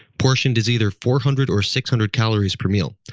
portioned as either four hundred or six hundred calories per meal.